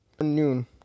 noon